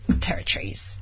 territories